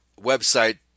website